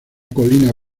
colina